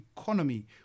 economy